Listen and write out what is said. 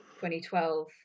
2012